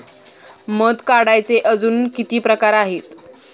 मध काढायचे अजून किती प्रकार आहेत?